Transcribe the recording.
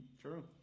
True